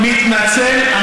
מתנצל.